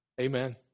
Amen